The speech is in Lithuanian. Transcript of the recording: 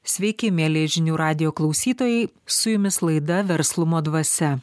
sveiki mieli žinių radijo klausytojai su jumis laida verslumo dvasia